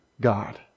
god